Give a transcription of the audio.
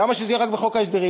למה שזה יהיה רק בחוק ההסדרים?